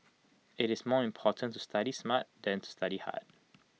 IT is more important to study smart than to study hard